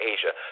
Asia